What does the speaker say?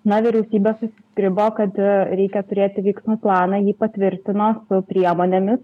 na vyriausybė susisgribo kad reikia turėti veiksmų planą jį patvirtino priemonėmis